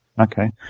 Okay